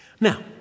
Now